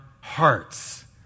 hearts